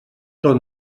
tot